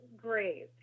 great